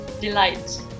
delight